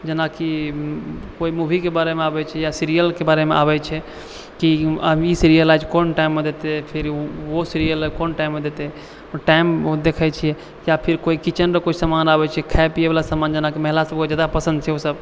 जेनाकि कोई मूवीके बारेमे आबै छै या सीरियलके बारेमे आबै छै की अभी ई सीरीयल आज कोन टाइममे देतै ओ सीरीयल आब कोन टाइममे देतै टाइम ओ देखै छियै या फिर कोइ किचेनके कोइ सामान आबै छै खाइ पीयवला सामान जेना की महिला सबके जादा पसन्द छै ओ सब